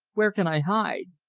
where can i hide?